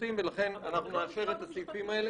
המשפטים ולכן אנחנו נאשר את הסעיפים האלה.